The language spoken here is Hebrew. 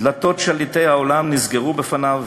דלתות שליטי העולם נסגרו בפניו,